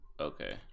Okay